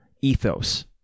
ethos